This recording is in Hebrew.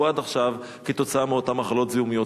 עד עכשיו כתוצאה מאותן מחלות זיהומיות?